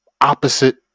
opposite